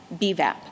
BVAP